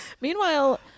Meanwhile